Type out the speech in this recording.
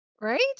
Right